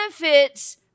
benefits